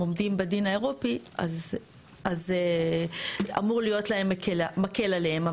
עומדים בדין האירופי אז אמור להיות להם מקל עליהם.